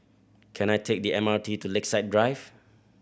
can I take the M R T to Lakeside Drive